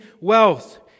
wealth